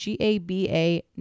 GABA